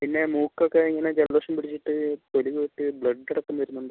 പിന്നെ മൂക്കൊക്കെ ഇങ്ങനെ ജലദോഷം പിടിച്ചിട്ട് ചെറുതായിട്ട് ബ്ലഡ് അടക്കം വരുന്നുണ്ട്